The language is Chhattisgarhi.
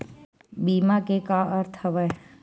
बीमा के का अर्थ हवय?